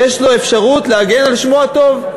יש לו אפשרות להגן על שמו הטוב.